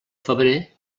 febrer